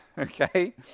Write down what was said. okay